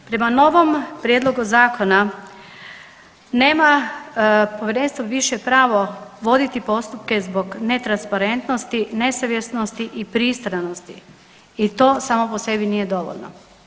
Prema novom Prijedlogu zakona nema Povjerenstvo više pravo voditi postupke zbog netransparentnosti, nesavjesnosti i pristranosti i to samo po sebi nije dovoljno.